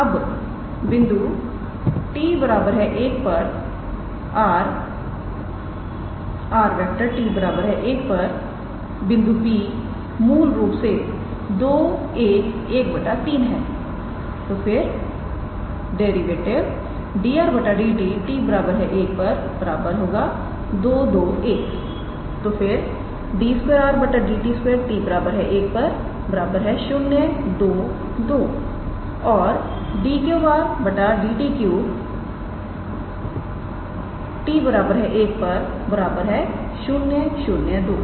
अब बिंदु 𝑡 1 पर r 𝑟⃗𝑡1है बिंदु P मूल रूप से 21 1 3 है तो फिर डेरिवेटिव 𝑑𝑟⃗ 𝑑𝑡 𝑡1 221 तो फिर 𝑑 2𝑟⃗ 𝑑𝑡 2 𝑡1 022 और 𝑑 3𝑟⃗ 𝑑𝑡 3 𝑡1 002